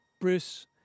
Bruce